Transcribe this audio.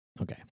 Okay